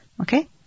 Okay